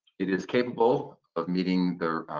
it is capable of meeting the